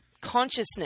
consciousness